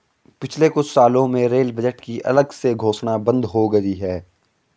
पिछले कुछ सालों में रेल बजट की अलग से घोषणा बंद हो गई है